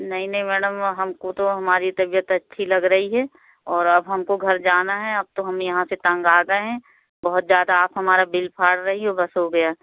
नहीं नहीं मैडम हमको तो हमारी तबीयत अच्छी लग रही है और अब हमको घर जाना है अब तो हम यहाँ से तंग आ गए हैं बहुत ज़्यादा आप हमारा बिल फाड़ रही हो बस हो गया